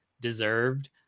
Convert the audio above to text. deserved